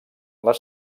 les